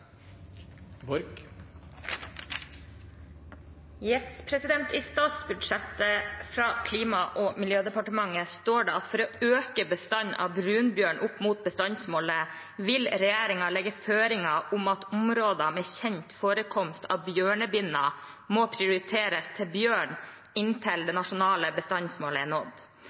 I statsbudsjettet fra Klima- og miljødepartementet står det at for å øke bestanden av brunbjørn opp mot bestandsmålet vil regjeringen legge føringer om at områder med kjent forekomst av bjørnebinner må prioriteres til bjørn inntil det nasjonale bestandsmålet er nådd.